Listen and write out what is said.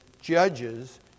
judges